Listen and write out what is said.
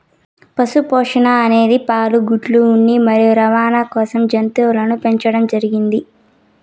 పశు పోషణ అనేది పాలు, గుడ్లు, ఉన్ని మరియు రవాణ కోసం జంతువులను పెంచండం జరిగింది